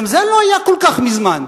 גם זה לא היה כל כך מזמן.